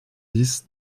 dix